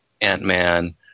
Ant-Man